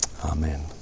Amen